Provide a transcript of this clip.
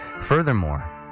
Furthermore